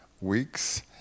weeks